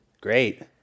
Great